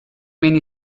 many